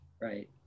Right